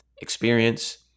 experience